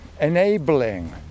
enabling